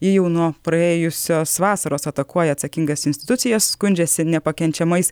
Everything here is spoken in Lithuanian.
jį jau nuo praėjusios vasaros atakuoja atsakingas institucijas skundžiasi nepakenčiamais